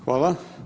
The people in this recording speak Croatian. Hvala.